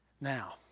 Now